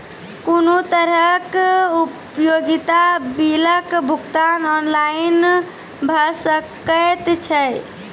कुनू तरहक उपयोगिता बिलक भुगतान ऑनलाइन भऽ सकैत छै?